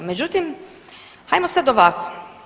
Međutim, hajmo sad ovako.